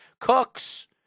Cooks